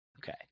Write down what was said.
Okay